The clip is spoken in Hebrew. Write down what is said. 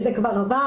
שזה כבר עבר,